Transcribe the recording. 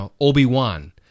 Obi-Wan